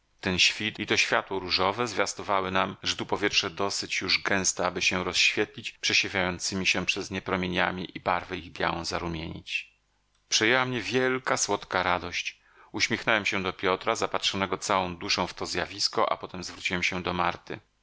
ten świt i to światło różowe zwiastowały nam że tu powietrze dosyć już gęste aby się rozświetlić przesiewającymi się przez nie promieniami i barwę ich białą zarumienić przejęła mnie wielka słodka radość uśmiechnąłem się do piotra zapatrzonego całą duszą w to zjawisko a potem zwróciłem się do marty